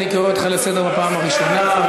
אני קורא אותך לסדר בפעם הראשונה.